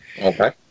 Okay